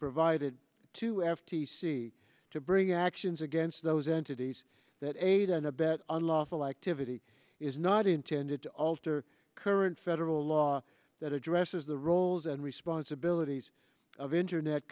provided to f t c to bring actions against those entities that aid and abet unlawful activity is not intended to alter current federal law that addresses the roles and responsibilities of internet